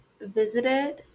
visited